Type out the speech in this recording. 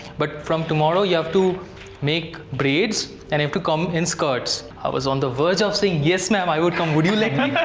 but from tomorrow you have to make braids and you have to come in skirts i was on the verge of saying, yes ma'am i would come, would you let me?